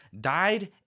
died